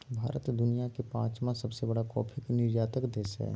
भारत दुनिया के पांचवां सबसे बड़ा कॉफ़ी के निर्यातक देश हइ